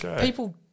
people